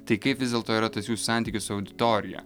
tai kaip vis dėlto yra tas jūsų santykis su auditorija